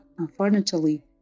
Unfortunately